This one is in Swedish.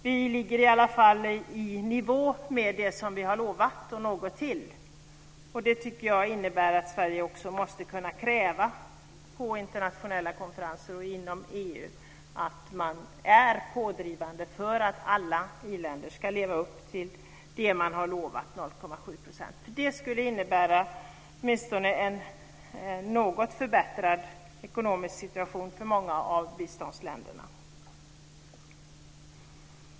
Vi ligger i varje fall i nivå med det vi har lovat - och något till. Det innebär att Sverige måste vid internationella konferenser och inom EU kunna kräva att alla iländer ska leva upp till 0,7-procentslöftet. Det skulle innebära en något förbättrad ekonomisk situation för många av biståndsländerna.